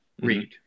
read